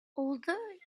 although